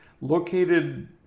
located